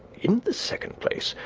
in the second place,